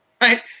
Right